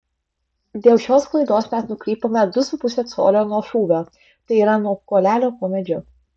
dėl šios klaidos mes nukrypome du su puse colio nuo šūvio tai yra nuo kuolelio po medžiu